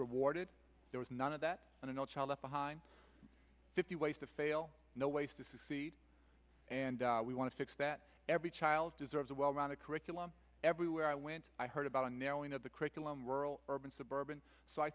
rewarded there was none of that a no child left behind fifty ways to fail no ways to succeed and we want to fix that every child deserves a well rounded curriculum everywhere i went i heard about a narrowing of the curriculum rural urban suburban